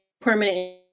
permanent